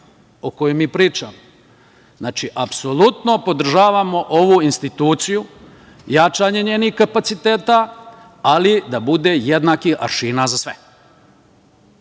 o kojima mi pričamo? Znači, apsolutno podržavamo ovu instituciju, jačanje njenih kapaciteta, ali da bude jednakih aršina za sve. Grad